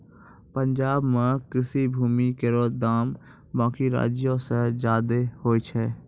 पंजाब म कृषि भूमि केरो दाम बाकी राज्यो सें जादे होय छै